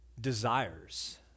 desires